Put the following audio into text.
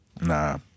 Nah